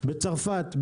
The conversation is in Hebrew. בצרפת,